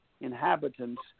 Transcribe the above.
inhabitants